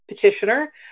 petitioner